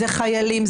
זה חיילים,